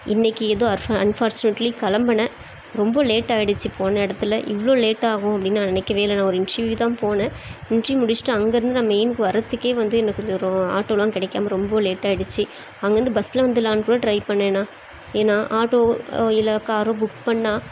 இன்னக்கு எதோ அன்ஃபார்ஸுனேட்லி கிளம்புனேன் ரொம்ப லேட்டாயிடுச்சு போன இடத்துல இவ்வளோ லேட்டாகும் அப்படினு நான் நினைக்கவே இல்லைண்ணா ஒரு இன்ட்ருவியூக்கு தான் போனேன் இன்ட்ருவியூ முடிச்சிவிட்டு அங்கேருந்து நான் மெயினுக்கு வர்றதுக்கே வந்து எனக்கு கொஞ்சம் ரோ ஆட்டோலாம் கிடைக்காம ரொம்ப லேட்டாயிடுச்சு அங்கேருந்து பஸ்ஸில் வந்திரலானுக்கூட ட்ரை பண்ணேண்ணா ஏன்னா ஆட்டோ இல்லை காரோ புக் பண்ணால்